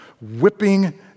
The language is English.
whipping